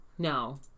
No